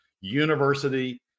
university